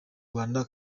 rwanda